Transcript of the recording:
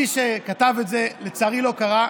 מי שכתב את זה לצערי לא קרא.